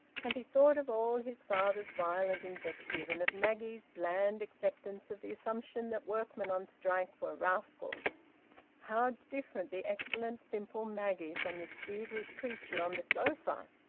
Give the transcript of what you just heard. and he thought of all his father's violent invective, and of maggie's bland acceptance of the assumption that workmen on strike were rascals how different the excellent simple maggie from this feverish creature on the sofa!